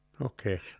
Okay